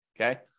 okay